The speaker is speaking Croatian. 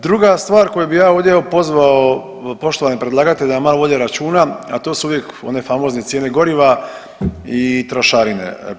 Druga stvar koju bi ja ovdje evo pozvao poštovane predlagatelje da malo vode računa, a to su uvijek one famozne cijene goriva i trošarine.